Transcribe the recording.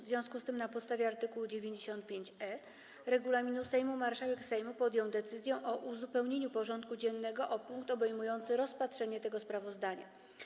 W związku z tym, na podstawie art. 95e regulaminu Sejmu, marszałek Sejmu podjął decyzję o uzupełnieniu porządku dziennego o punkt obejmujący rozpatrzenie tego sprawozdania.